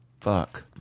fuck